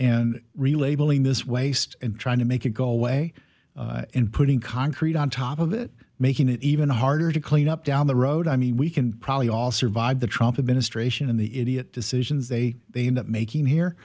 this waste and trying to make it go away and putting concrete on top of it making it even harder to clean up down the road i mean we can probably all survive the trump administration in the idiot decisions they they end up making here